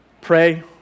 Pray